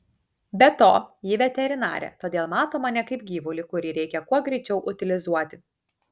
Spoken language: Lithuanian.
be to ji veterinarė todėl mato mane kaip gyvulį kurį reikia kuo greičiau utilizuoti